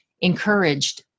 encouraged